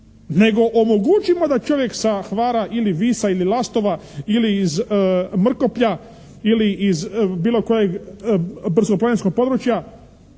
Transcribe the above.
nego omogućimo da čovjek sa Hvara ili Visa ili Lastova ili iz Mrkoplja ili iz bilo kojeg brdsko-planinskog područja